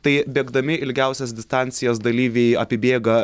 tai bėgdami ilgiausias distancijas dalyviai apibėga